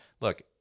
look